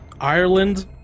Ireland